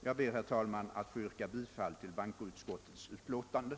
Jag ber att få yrka bifall till bankoutskottets hemställan.